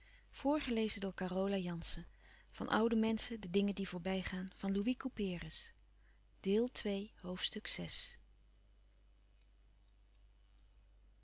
van oude menschen de dingen die voorbij gaan ste deel van